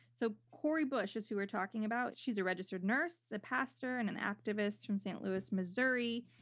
so, cori bush is who we're talking about. she's a registered nurse, a pastor, and an activist from st. louis, missouri.